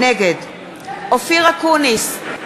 נגד אופיר אקוניס,